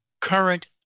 current